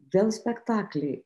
vėl spektakliai